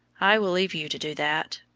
i will leave you to do that,